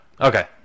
Okay